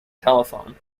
telethon